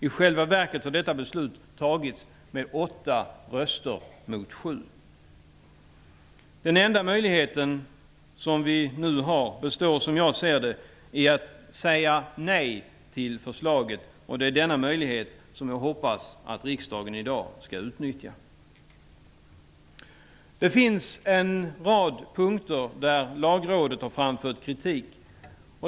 I själva verket har detta beslutats med åtta röster mot sju. Den enda möjlighet som vi nu har består, som jag ser det, i att säga nej till förslaget. Det är denna möjlighet som jag hoppas att riksdagen i dag skall utnyttja. Det finns en rad punkter där Lagrådet har framfört kritik.